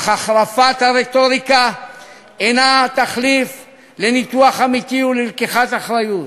אך החרפת הרטוריקה אינה תחליף לניתוח אמיתי וללקיחת אחריות.